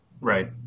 Right